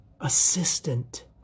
Assistant